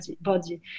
body